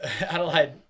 Adelaide